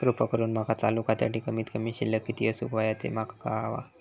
कृपा करून माका चालू खात्यासाठी कमित कमी शिल्लक किती असूक होया ते माका कळवा